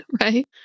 right